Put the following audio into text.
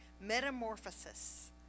metamorphosis